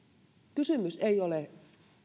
kysymys ei ole